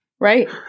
Right